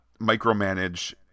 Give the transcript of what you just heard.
micromanage